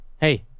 Hey